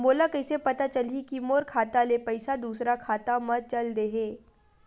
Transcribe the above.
मोला कइसे पता चलही कि मोर खाता ले पईसा दूसरा खाता मा चल देहे?